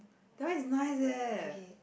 that is nice eh